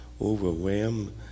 overwhelmed